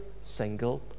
single